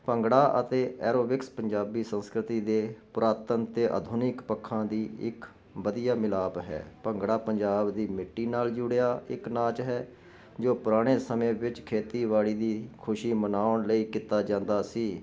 ਭੰਗੜਾ ਅਤੇ ਐਰੋਬਿਕਸ ਪੰਜਾਬੀ ਸੰਸਕ੍ਰਤੀ ਦੇ ਪੁਰਾਤਨ ਤੇ ਆਧੁਨਿਕ ਪੱਖਾਂ ਦੀ ਇੱਕ ਵਧੀਆ ਮਿਲਾਪ ਹੈ ਭੰਗੜਾ ਪੰਜਾਬ ਦੀ ਮਿੱਟੀ ਨਾਲ ਜੁੜਿਆ ਇੱਕ ਨਾਚ ਹੈ ਜੋ ਪੁਰਾਣੇ ਸਮੇਂ ਵਿੱਚ ਖੇਤੀਬਾੜੀ ਦੀ ਖੁਸ਼ੀ ਮਨਾਉਣ ਲਈ ਕੀਤਾ ਜਾਂਦਾ ਸੀ